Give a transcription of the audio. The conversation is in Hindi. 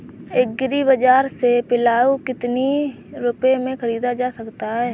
एग्री बाजार से पिलाऊ कितनी रुपये में ख़रीदा जा सकता है?